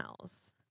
else